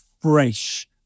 fresh